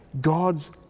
God's